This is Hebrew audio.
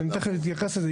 אני תיכף אתייחס לזה.